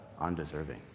undeserving